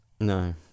No